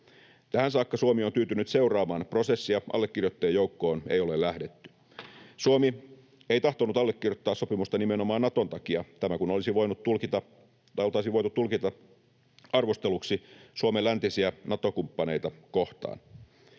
Tähän saakka Suomi on tyytynyt seuraamaan prosessia, allekirjoittajien joukkoon ei ole lähdetty. Suomi ei tahtonut allekirjoittaa sopimusta nimenomaan Naton takia — tämä kun oltaisiin voitu tulkita arvosteluksi Suomen läntisiä Nato-kumppaneita kohtaan.